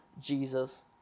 Jesus